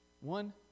One